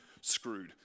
screwed